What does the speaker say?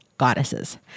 goddesses